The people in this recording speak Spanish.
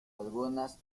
algunas